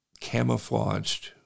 camouflaged